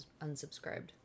unsubscribed